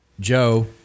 Joe